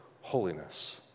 holiness